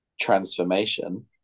transformation